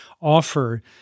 offer